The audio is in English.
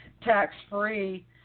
tax-free